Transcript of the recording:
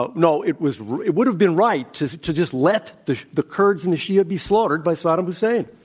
um no, it was it would have been right to to just let the the kurds and the shia be slaughtered by saddam hussein.